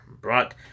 brought